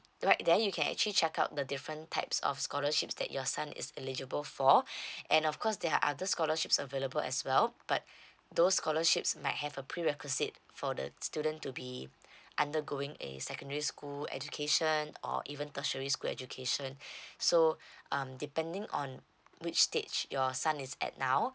right then you can actually check out the different types of scholarships that your son is eligible for and of course there are other scholarships available as well but those scholarships might have a prerequisite for the student to be undergoing a secondary school education or even tertiary school education so um depending on which stage your son is at now